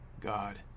God